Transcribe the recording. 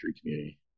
community